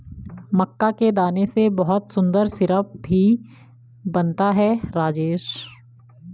मक्का के दाने से बहुत सुंदर सिरप भी बनता है राजेश